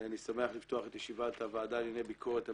אני שמח לפתוח את ישיבת הוועדה לענייני ביקורת המדינה.